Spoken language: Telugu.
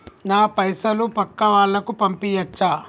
నా పైసలు పక్కా వాళ్ళకు పంపియాచ్చా?